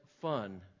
fun